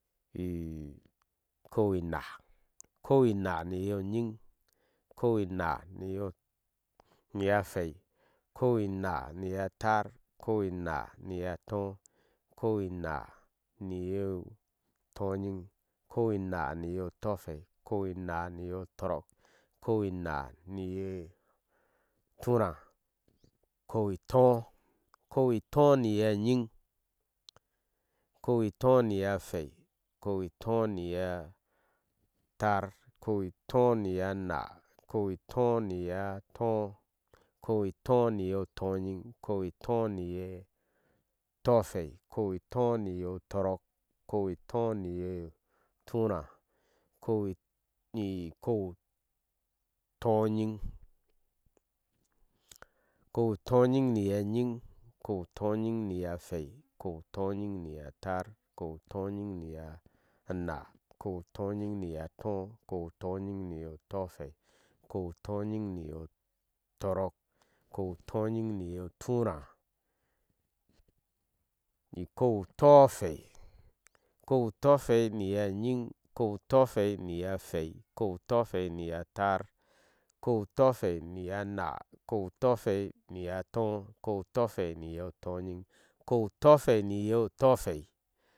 Ikou-inaa ikou inaa niyohwei, ikou inaa-niyo taá, ikou-ináá niyonáá, ikou-ináá-ny tɔɔ ikouinaá niyo-tonyin ikou-inaa niyo tɔhwei ikou-ina niyo toɔrke ikou-naap-niyoturaa ikoy-itɔɔ, ikou- iytɔol-niyonyiŋ ikou-itɔɔ niyebwei ikou-itɔɔ-iyeitaar ikou-itɔɔniyarabe ikou-itɔɔniyetɔɔ, ikoutɛɔniye tɔrɔk, ikou-itɔɔniye-turáá ikpu-utɔɔnyiŋ ikou-utɔɔnyiŋ niyo nyiŋ iko-utoyiŋ-niyohwei, ukou-utoyiŋniyotaár. ukou-utoyinŋ niyonáá, uou-utoying-niye tɔɔ ukou-utɔɔyiŋ niyotɔɔhwei ukou-utɔɔyiŋ niyo tɔrɔɔk, ukou-utoyinŋ-niyo tɔɔhwei, ukou-tɔɔying niyo toɔrɔɔk, ukou-utoyiŋ niyoturaá ukou-utɔohwei ukou-utɔɔhwei-niye-nyiŋ uko utɔɔkwei niye hwei ukou-utɔɔhwei niye taar ukw utɔɔlhwɛi niyo nma ikou- utɔɔhwei niyo tɔɔ ikou-utohwei niyo tɔɔyiŋ, ikou- utɔɔhei-niyothwei.